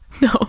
no